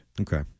Okay